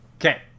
okay